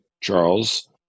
Charles